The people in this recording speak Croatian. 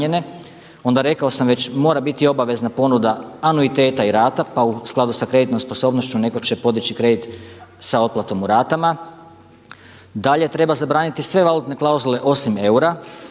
Onda rekao sam već, mora biti i obavezna ponuda anuiteta i rata pa u skladu sa kreditnom sposobnošću netko će podići kredit sa otplatom u ratama. Dalje treba zabraniti sve valutne klauzule osim eura